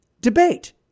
debate